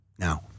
Now